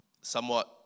Somewhat